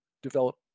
Develop